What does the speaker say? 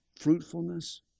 fruitfulness